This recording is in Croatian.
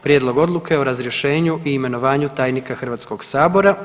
Prijedlog Odluke o razrješenju i imenovanju tajnika Hrvatskog sabora.